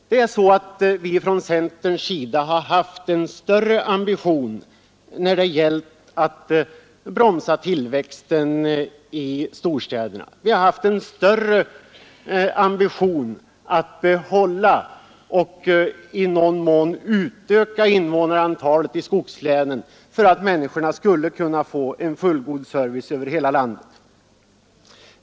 Centern har haft en större ambition när det gällt att bromsa tillväxten i storstäderna. rre ambition att hålla och i någon mån utöka Vi har haft en stö invånarantalet i skogslänen, så att människorna skulle kunna få en fullgod service över hela landet.